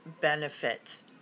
benefits